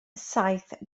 saith